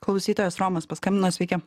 klausytojas romas paskambino sveiki